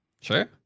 Sure